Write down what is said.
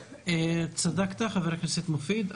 צדקת, חבר הכנסת מופיד.